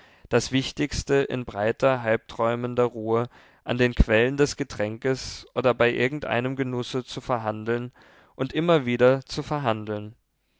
das wichtigste in breiter halbträumender ruhe an den quellen des getränkes oder bei irgendeinem genusse zu verhandeln und immer wieder zu verhandeln